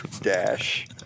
dash